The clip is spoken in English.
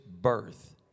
birth